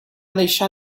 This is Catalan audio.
deixar